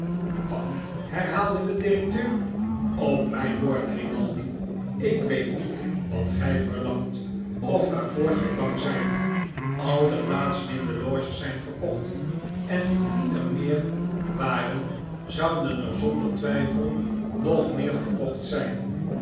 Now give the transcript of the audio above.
bang herhaalde de directeur op mijn woord grimaldi ik weet niet wat gij verlangt of waarvoor gij bang zijt al de plaatseninde loges zijn verkocht en indien er meer waren zouden er zonder twijfel nog meer verkocht zijn